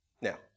Now